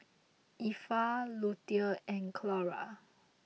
Effa Lutie and Clora